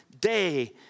day